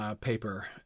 paper